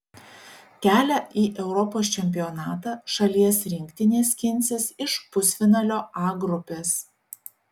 kelią į europos čempionatą šalies rinktinė skinsis iš pusfinalio a grupės